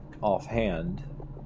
offhand